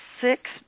six